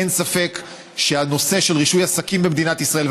אין ספק שהנושא של רישוי עסקים במדינת ישראל,